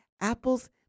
apples